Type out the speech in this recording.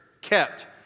kept